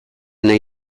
nahi